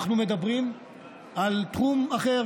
אנחנו מדברים על תחום אחר,